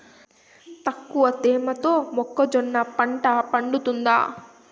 తక్కువ తేమతో మొక్కజొన్న పంట పండుతుందా?